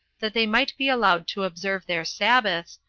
that they might be allowed to observe their sabbaths,